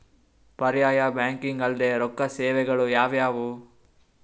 ಪರ್ಯಾಯ ಬ್ಯಾಂಕಿಂಗ್ ಅಲ್ದೇ ರೊಕ್ಕ ಸೇವೆಗಳು ಯಾವ್ಯಾವು?